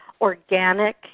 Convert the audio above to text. organic